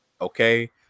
Okay